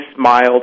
smiled